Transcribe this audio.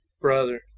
brother